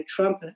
Trump